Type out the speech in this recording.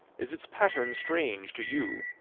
is its pattern strange to you?